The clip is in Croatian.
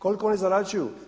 Koliko oni zarađuju?